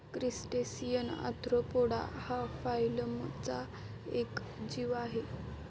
crustacean arthropoda हा फायलमचा एक जीव आहे